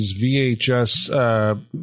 VHS